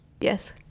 yes